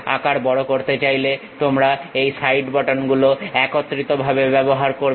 আকার বড় করতে চাইলে তোমরা এই সাইড বাটন গুলো একত্রিত ভাবে ব্যবহার করবে